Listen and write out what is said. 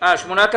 בבקשה.